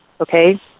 okay